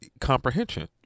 comprehension